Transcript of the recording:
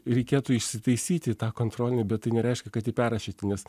reikėtų įsitaisyti tą kontrolinį bet tai nereiškia kad jį perrašyti nes